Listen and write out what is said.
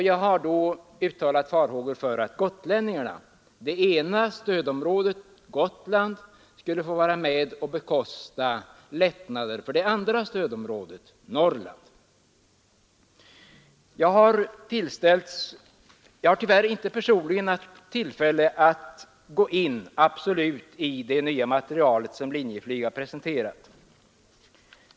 Jag har vidare uttalat farhågor för att det ena stödområdet, Gotland, skulle få vara med och bekosta lättnader för det andra stödområdet, Norrland. Jag har tyvärr inte personligen haft tillfälle att helt sätta mig in i det nya material som Linjeflyg har presenterat.